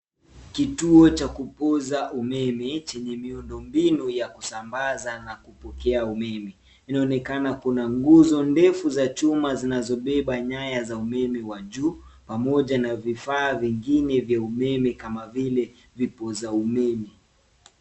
Kituo cha kukuza umeme chenye miundo mbinu ya kusambaza na kupokea umeme. Inaonekana kuna nguzo ndefu za chuma zinazobeba nyaya za umeme wa juu pamoja na vifaa vingine vya umeme kama vile vifuo za umeme.